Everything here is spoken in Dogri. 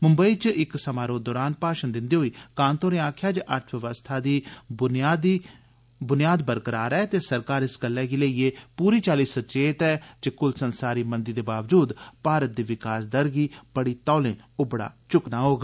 मुंबई च इक समारोह दौरान भाषण दिंदे होई कांत होरें आखेआ जे अर्थबवस्था दी ब्नियाद बरकरार ऐ ते सरकार इस गल्लै गी लेइयै पूरी चाल्ली सचेत ऐ कुल संसारी मंदी दे बावजूद भारत दी विकास दर गी बड़ी तौले उबड़ा चुक्कना गै होग